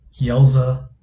Yelza